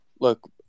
look